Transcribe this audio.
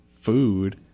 food